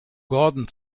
gordon